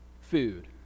food